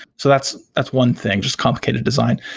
so that's that's one thing, just complicated design.